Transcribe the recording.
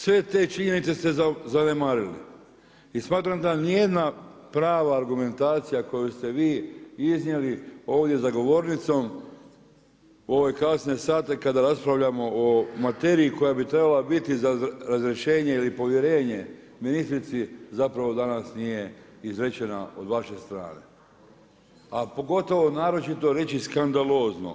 Sve te činjenice ste zanemarili i smatram da niti jedna prava argumentacija koju ste vi iznijeli ovdje za govornicom u ove kasne sate kada raspravljamo o materiji koja bi trebala biti za razrješenje ili povjerenje ministrici zapravo danas nije izrečena od vaše strane, a pogotovo naročito reći skandalozno.